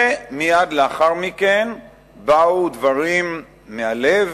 ומייד לאחר מכן באו דברים מהלב,